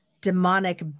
demonic